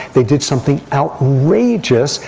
they did something outrageous.